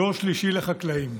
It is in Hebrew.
דור שלישי לחקלאים.